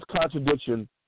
contradiction